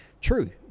true